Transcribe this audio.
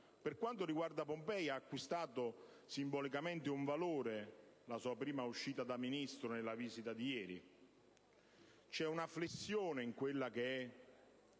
Per quanto riguarda Pompei, ha acquistato simbolicamente un valore la sua prima uscita da Ministro nella visita di ieri. Pompei è un sito che